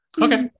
Okay